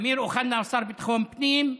אמיר אוחנה הוא השר לביטחון פנים,